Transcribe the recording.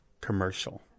commercial